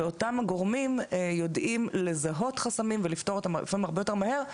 ואותם הגורמים יודעים לזהות חסמים ולפתור אותם לפעמים הרבה יותר מהר,